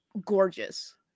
gorgeous